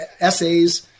essays